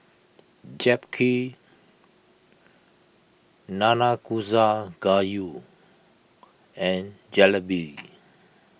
Japchae Nanakusa Gayu and Jalebi